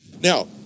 Now